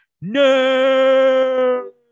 no